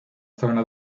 zona